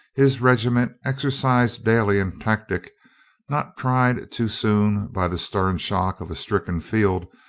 his regiment, exercised daily in tactic not tried too soon by the stern shock of a stricken field,